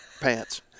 pants